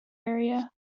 area